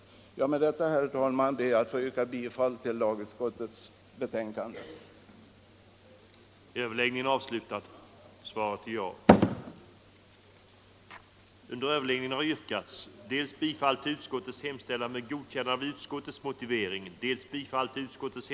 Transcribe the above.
Med detta, herr talman, ber jag att få yrka bifall till lagutskottets hemställan i dess betänkande nr 22.